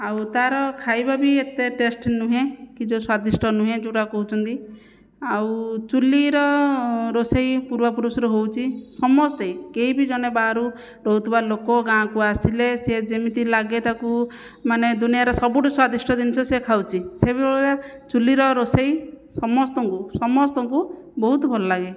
ଆଉ ତାର ଖାଇବା ବି ଏତେ ଟେଷ୍ଟ ନୁହେଁ କି ଯେଉଁ ସ୍ଵାଦିଷ୍ଟ ନୁହେଁ ଯେଉଁଟା କହୁଛନ୍ତି ଆଉ ଚୁଲିର ରୋଷେଇ ପୂର୍ବାପୁରୁଷରୁ ହେଉଛି ସମସ୍ତେ କେହିବି ଜଣେ ବାହାରୁ ରହୁଥିବା ଲୋକ ଗାଁକୁ ଆସିଲେ ସେ ଯେମିତି ଲାଗେ ତାକୁ ମାନେ ଦୁନିଆର ସବୁଠୁ ସ୍ଵାଦିଷ୍ଟ ଜିନିଷ ସିଏ ଖାଉଛି ସିଏ ବି ବେଳେବେଳେ ଚୁଲିର ରୋଷେଇ ସମସ୍ତଙ୍କୁ ସମସ୍ତଙ୍କୁ ବହୁତ ଭଲ ଲାଗେ